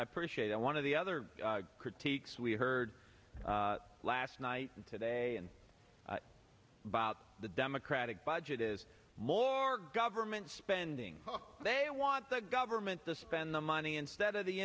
appreciate and one of the other critiques we heard last night and today and about the democratic budget is more government spending they want the government to spend the money instead of the